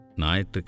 night